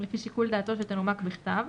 לפי שיקול דעתו שתנומק בכתב,